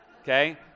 Okay